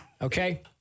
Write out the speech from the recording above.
okay